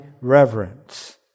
reverence